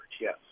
yes